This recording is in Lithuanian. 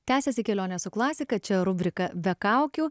tęsiasi kelionė su klasika čia rubrika be kaukių